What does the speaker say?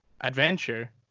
adventure